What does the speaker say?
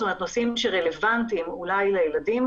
נושאים שרלבנטיים אולי לילדים,